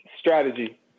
strategy